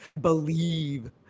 believe